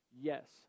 Yes